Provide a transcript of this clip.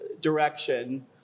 direction